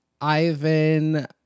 Ivan